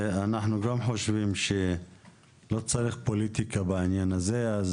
אנחנו גם חושבים שלא צריך פוליטיקה בעניין הזה.